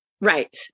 Right